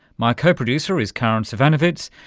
my co-producer is karin zsivanovits.